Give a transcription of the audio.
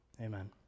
Amen